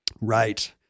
right